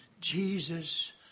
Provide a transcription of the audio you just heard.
Jesus